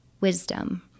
Wisdom